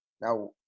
Now